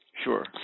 Sure